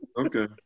Okay